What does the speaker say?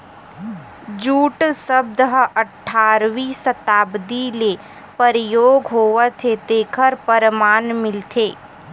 jute सब्द ह अठारवी सताब्दी ले परयोग होवत हे तेखर परमान मिलथे